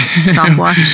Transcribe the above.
Stopwatch